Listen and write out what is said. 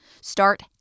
start